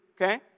okay